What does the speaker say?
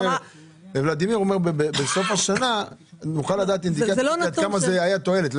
ולדימיר אומר שבסוף השנה נוכל לדעת מה הייתה התועלת.